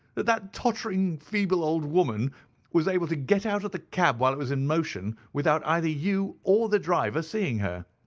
that that tottering, feeble old woman was able to get out of the cab while it was in motion, without either you or the driver seeing her?